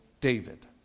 David